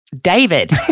David